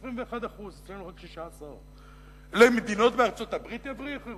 21%. אצלנו רק 16%. למדינות בארצות-הברית יבריחו?